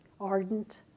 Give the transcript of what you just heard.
ardent